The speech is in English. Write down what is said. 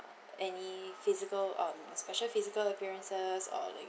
any physical um special physical appearances or like